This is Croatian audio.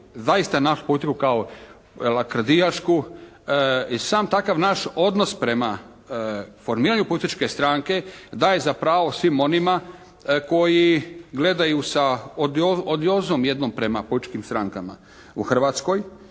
zaista našu politiku kao lakrdijašku i sam takav naš odnos prema formiranju političke stranke daje za pravo svima onima koji gledaju sa odiozom jednom prema političkim strankama u Hrvatskoj.